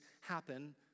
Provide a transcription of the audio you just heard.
happen